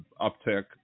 uptick